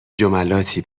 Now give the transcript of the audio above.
جملاتی